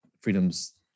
freedom's